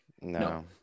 No